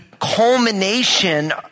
culmination